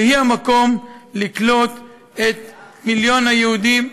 והיא המקום לקלוט את מיליון היהודים,